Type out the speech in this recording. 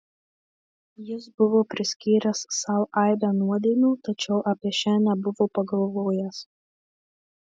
jis buvo priskyręs sau aibę nuodėmių tačiau apie šią nebuvo pagalvojęs